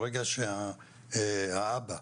ברגע שהאבא,